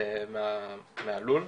ומהלול,